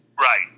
Right